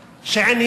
שייח' מוניס?